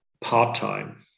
part-time